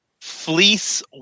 fleece